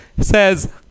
says